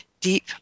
deep